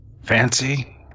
Fancy